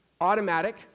automatic